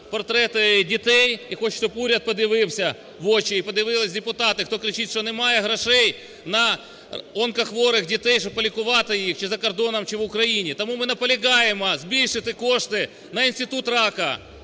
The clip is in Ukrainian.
портрети дітей і хочу, щоб уряд подивився в очі, і подивились депутати, хто кричить, що немає грошей на онкохворих дітей, щоб полікувати їх, чи за кордоном, чи в Україні. Тому ми наполягаємо збільшити кошти на Інститут раку,